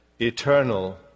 eternal